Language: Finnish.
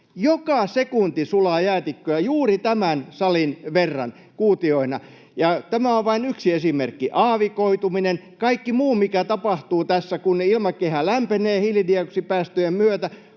Joka sekunti sulaa jäätikköä juuri tämän salin verran kuutioina. Ja tämä on vain yksi esimerkki — aavikoituminen, kaikki muu, mikä tapahtuu tässä, kun ilmakehä lämpenee hiilidioksidipäästöjen myötä.